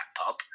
pub